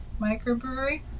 microbrewery